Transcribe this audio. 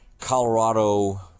Colorado